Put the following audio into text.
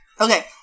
Okay